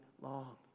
long